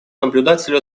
наблюдателю